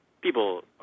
People